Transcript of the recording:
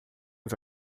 nos